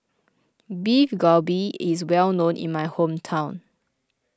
Beef Galbi is well known in my hometown